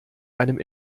einem